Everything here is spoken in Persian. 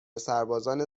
سربازان